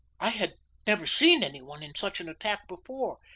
i had never seen any one in such an attack before,